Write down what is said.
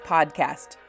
Podcast